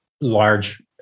large